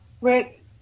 Rick